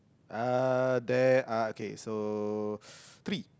uh there are okay so three